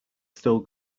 still